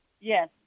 yes